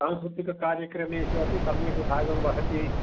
सांस्कृतिककार्यक्रमेषु अपि सम्यक् भागं वहति